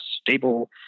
stable